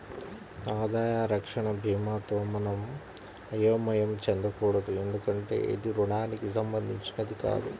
ఆదాయ రక్షణ భీమాతో మనం అయోమయం చెందకూడదు ఎందుకంటే ఇది రుణానికి సంబంధించినది కాదు